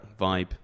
vibe